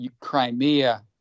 Crimea